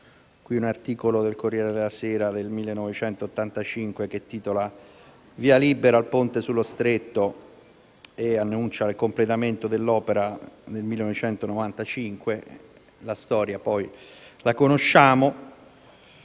qui un articolo del «Corriere della sera» del 1985, che titolava sul via libera al ponte sullo Stretto e annunciava il completamento dell'opera nel 1995; la storia poi la conosciamo.